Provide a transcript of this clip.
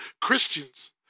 Christians